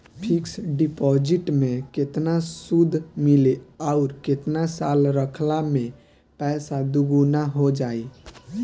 Fix deposit मे केतना सूद मिली आउर केतना साल रखला मे पैसा दोगुना हो जायी?